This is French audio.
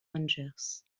rangers